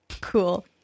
Cool